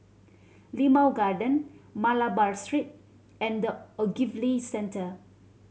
Limau Garden Malabar Street and The Ogilvy Centre